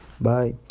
Bye